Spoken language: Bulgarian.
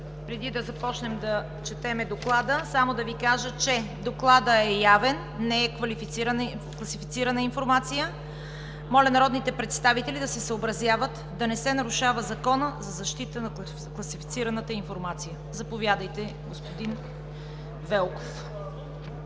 преди да започнем да четем Доклада, ще кажа, че Докладът е явен, не е класифицирана информация. Моля народните представители да се съобразяват, да не се нарушава Законът за защита на класифицираната информация. Заповядайте, господин Велков,